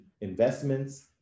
investments